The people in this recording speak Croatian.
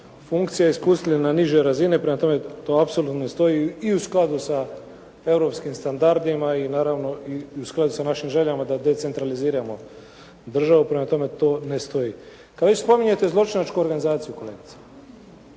funkcija i spustili na niže razine. Prema tome to apsolutno ne stoji i u skladu sa europskim standardima i naravno i u skladu sa našim željama da decentraliziramo državu. Prema tome to ne stoji. Kad već spominjete zločinačku organizaciju kolegice